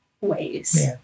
ways